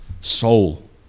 soul